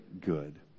good